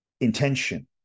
intention